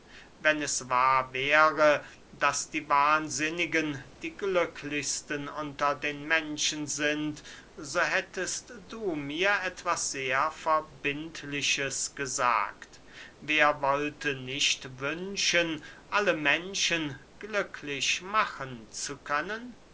wenn es wahr wäre daß die wahnsinnigen die glücklichsten unter den menschen sind so hättest du mir etwas sehr verbindliches gesagt wer wollte nicht wünschen alle menschen glücklich machen zu können